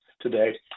today